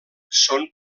són